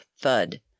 thud